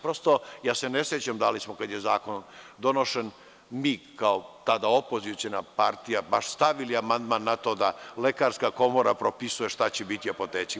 Prosto, ne sećam se da li smo, kada je zakon donošen, tada kao opoziciona partija baš stavili amandman na to da Lekarska komora propisuje šta će biti u apoteci.